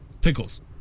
Pickles